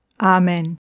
Amen